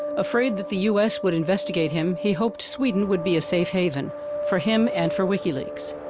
afraid that the u s. would investigate him, he hoped sweden would be a safe haven for him, and for wikileaks.